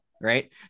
right